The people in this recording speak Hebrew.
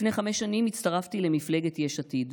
לפני חמש שנים הצטרפתי למפלגת יש עתיד,